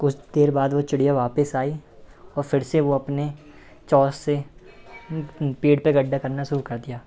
कुछ देर बाद वह चिड़िया वापस आई और फिर से वह अपनी चोंच से पेड़ पर गड्ढा करना शुरू कर दिया